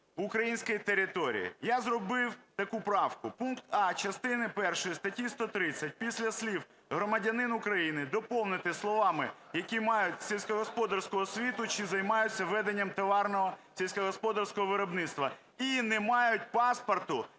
української території. Я зробив таку правку: пункт "а" частини першої статті 130 після слів "громадяни України" доповнити словами "які мають сільськогосподарську освіту чи займаються веденням товарного сільськогосподарського виробництва і не мають паспорту